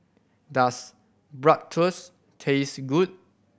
does Bratwurst taste good